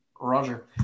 Roger